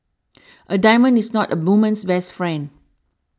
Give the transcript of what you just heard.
a diamond is not a woman's best friend